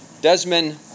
Desmond